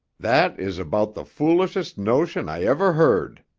that is about the foolishest notion i ever heard,